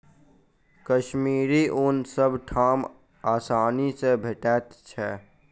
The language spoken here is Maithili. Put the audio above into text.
कश्मीरी ऊन सब ठाम आसानी सँ भेटैत छै